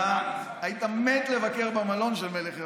שלמה, אתה היית מת לבקר בארמון של מלך ירדן.